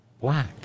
black